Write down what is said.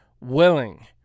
willing